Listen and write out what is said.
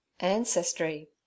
ancestry